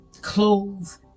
clothes